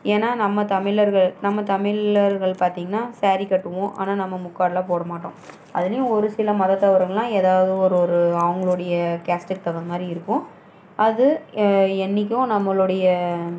ஏனால் நம்ம தமிழர்கள் நம்ம தமிழர்கள் பார்த்திங்கன்னா சாரீ கட்டுவோம் ஆனால் நம்ம முக்காடெலாம் போட மாட்டோம் அதுலையும் ஒரு சில மதத்தவர்களாம் ஏதாவது ஒரு ஒரு அவர்களுடைய கேஸ்ட்டுக்கு தகுந்த மாதிரி இருக்கும் அது என்றைக்கும் நம்மளுடைய